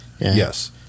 yes